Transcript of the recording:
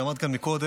שעמד כאן קודם,